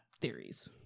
theories